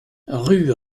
rue